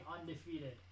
undefeated